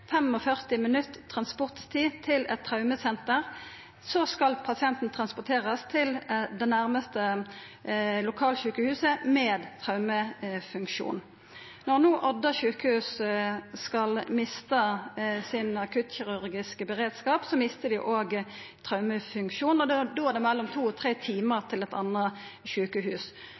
45 minutt transporttid til eit traumesenter, skal pasienten transporterast til det nærmaste lokalsjukehuset med traumefunksjon. Når no Odda sjukehus skal mista sin akuttkirurgiske beredskap, mister dei òg traumefunksjonen. Da er det mellom to og tre timar til eit anna sjukehus.